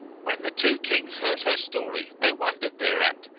when the two kings heard her story they wondered thereat,